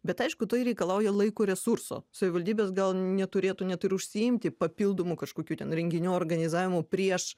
bet aišku tai reikalauja laiko resurso savivaldybės gal neturėtų net ir užsiimti papildomų kažkokių ten renginių organizavimu prieš